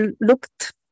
looked